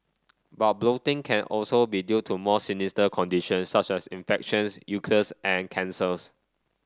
but bloating can also be due to more sinister conditions such as infections ulcers and cancers